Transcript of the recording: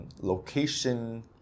location